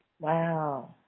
Wow